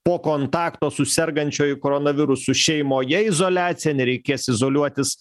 po kontakto su sergančiuoju koronavirusu šeimoje izoliacija nereikės izoliuotis